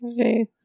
Okay